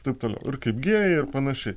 taip toliau ir kaip gėjai ir panašiai